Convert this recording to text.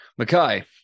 Makai